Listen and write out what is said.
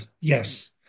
yes